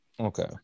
Okay